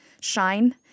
shine